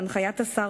בהנחיית השר,